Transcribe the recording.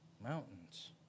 mountains